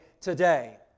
today